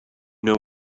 know